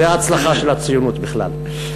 זה ההצלחה של הציונות בכלל,